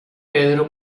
pedro